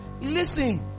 Listen